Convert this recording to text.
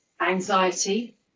anxiety